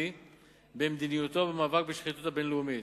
במדיניותו במאבק בשחיתות הבין-לאומית.